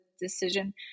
decision